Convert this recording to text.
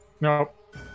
Nope